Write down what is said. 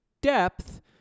depth